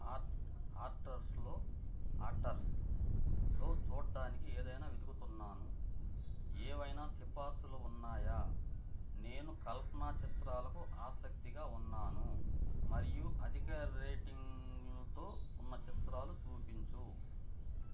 hot హాట్టర్స్లో హాట్టర్స్లో చూడ్డానికి ఏదైనా వెతుకుతున్నాను ఏవైనా సిఫార్సులు ఉన్నాయా నేను కల్పనా చిత్రాలకు ఆసక్తిగా ఉన్నాను మరియు అధిక రేటింగ్ల్తో ఉన్న చిత్రాలు చూపించు